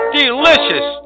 delicious